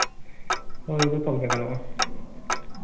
ᱦᱳᱭ ᱡᱚᱛᱚ ᱞᱮᱠᱟ ᱜᱟᱱᱚᱜᱼᱟ